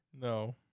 No